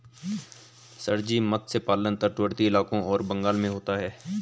sir ji मत्स्य पालन तटवर्ती इलाकों और बंगाल में होता है